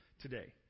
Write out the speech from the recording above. today